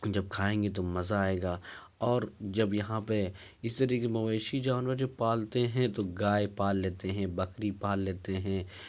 جب کھائیں گے تو مزہ آئے گا اور جب یہاں پہ اسی طرح کے مویشی جانور جب پالتے ہیں تو گائے پال لیتے ہیں بکری پال لیتے ہیں